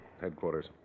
Headquarters